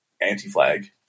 Anti-Flag